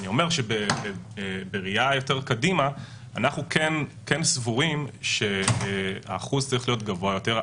אני אומר שבראייה יותר קדימה אנחנו סבורים שהאחוז צריך להיות גבוה יותר.